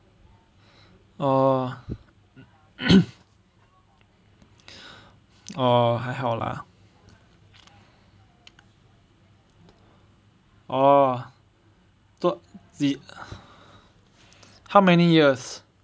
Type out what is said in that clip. oh oh 还好 lah oh so how many years